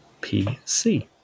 PC